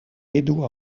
kredu